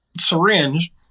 syringe